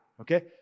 okay